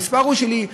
המספר הוא שלי,